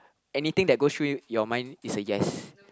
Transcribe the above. anything that goes through your mind is a yes